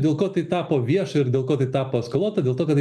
dėl ko tai tapo vieša ir dėl ko gi tapo eskaluota dėl to kad